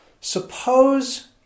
Suppose